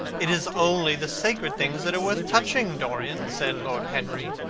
it is only the sacred things that are worth touching, dorian, said lord henry,